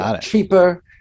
cheaper